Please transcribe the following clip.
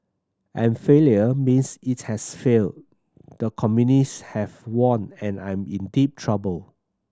and failure means it has failed the communist have won and I'm in deep trouble